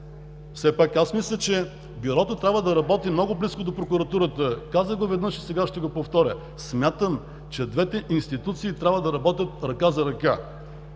Все пак аз мисля, че Бюрото трябва да работи много близко до прокуратурата. Казах го веднъж и сега ще го повторя: смятам, че двете институции трябва да работят ръка за ръка.